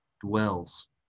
dwells